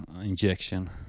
injection